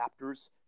adapters